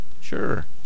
Sure